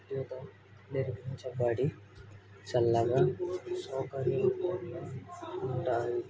ఉత్యుత నిర్మించబడి చల్లగా సౌకర్యంగా ఉంటాయి